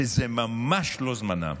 שזה ממש לא זמנם,